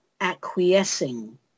acquiescing